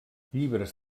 llibres